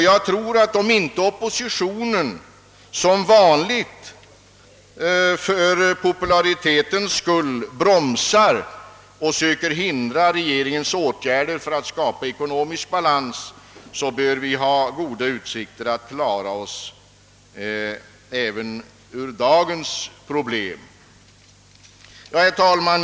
Jag tror att om inte oppositionen som vanligt för popularitetens skull bromsar och försöker hindra regeringens åtgärder för att skapa ekonomisk balans, bör vi ha goda utsikter att klara även dagens problem. Herr talman!